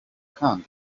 kandi